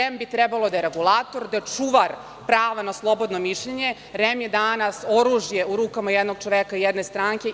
Trebalo bi da je REM regulator, da je čuvar prava na slobodno mišljenje, a REM je danas oružje u rukama jednog čoveka i jedne stranke.